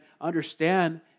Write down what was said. understand